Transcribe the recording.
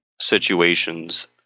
situations